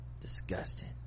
Disgusting